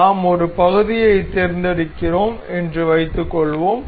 நாம் ஒரு பகுதியைத் தேர்ந்தெடுக்கிறோம் என்று வைத்துக்கொள்வோம்